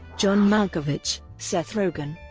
john malkovich, seth rogen,